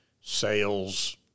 sales